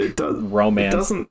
romance